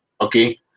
okay